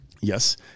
Yes